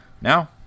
Now